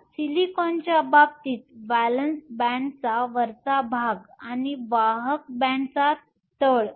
तर सिलिकॉनच्या बाबतीत व्हॅलेन्स बॅण्डचा वरचा भाग आणि वाहक बॅण्डचा तळ